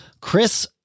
Chris